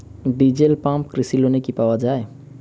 Diesel pump কৃষি লোনে কি পাওয়া য়ায়?